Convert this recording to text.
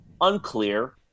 unclear